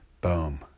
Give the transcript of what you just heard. Boom